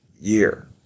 year